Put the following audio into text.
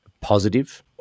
positive